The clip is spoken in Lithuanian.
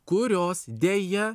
kurios deja